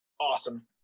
Awesome